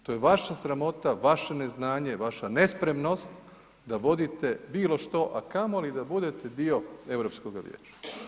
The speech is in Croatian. To je vaša sramota, vaše neznanje, vaša nespremnost da vodite bilo što a kamoli da budete dio Europskoga vijeća.